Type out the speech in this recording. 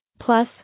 Plus